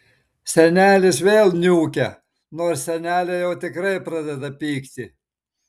senelis vėl niūkia nors senelė jau tikrai pradeda pykti